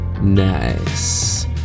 nice